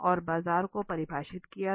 और बाजार को परिभाषित किया था